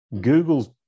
Google's